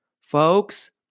folks